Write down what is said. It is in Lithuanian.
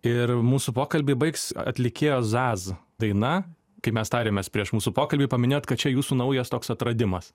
ir mūsų pokalbį baigs atlikėjos zaz daina kai mes tarėmės prieš mūsų pokalbį paminėjot kad čia jūsų naujas toks atradimas